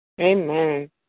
Amen